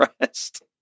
rest